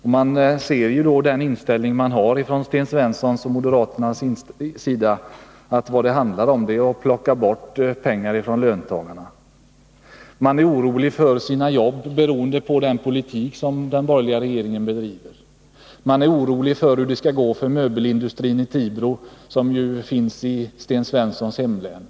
Sten Svenssons och övriga moderaters inställning är att man skall plocka bort pengar från löntagarna. Våra medlemmar är oroliga för sina jobb på grund av den politik som den borgerliga regeringen för. Man är orolig för hur det skall gå för möbelindustrin i Tibro, som ju ligger inom Sten Svenssons hemlän.